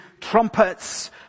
trumpets